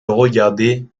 regarder